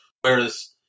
Whereas